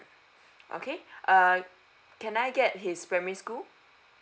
okay uh can I get his primary school